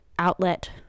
outlet